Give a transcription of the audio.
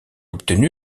obtenu